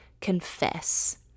confess